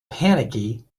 panicky